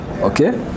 Okay